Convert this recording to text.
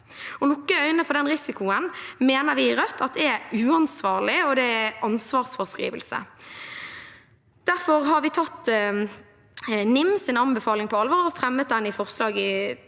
for den risikoen mener vi i Rødt er uansvarlig, og det er en ansvarsfraskrivelse. Derfor har vi tatt NIMs anbefaling på alvor og fremmer dette i forbindelse